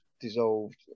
dissolved